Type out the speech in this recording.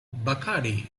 bacardi